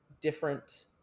different